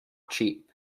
cheap